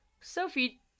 Sophie